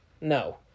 No